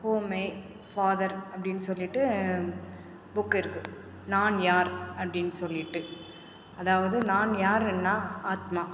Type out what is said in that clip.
who am I father அப்படின் சொல்லிவிட்டு book இருக்குது நான் யார் அப்படின் சொல்லிவிட்டு அதாவது நான் யாருன்னால் ஆத்மா